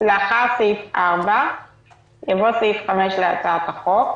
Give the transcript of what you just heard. לאחר סעיף 4 יבוא סעיף 5 להצעת החוק,